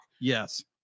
yes